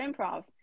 improv